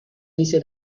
dice